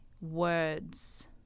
words